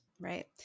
Right